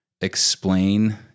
explain